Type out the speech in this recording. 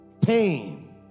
Pain